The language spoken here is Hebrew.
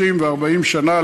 30 ו-40 שנה.